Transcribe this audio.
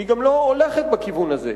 היא גם לא הולכת בכיוון הזה.